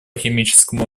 химическому